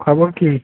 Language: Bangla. খবর কী